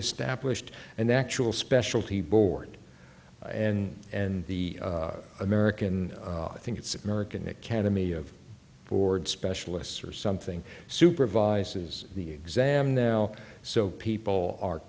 established and the actual specialty board and and the american i think it's american academy of ford specialists or something supervises the exam now so people are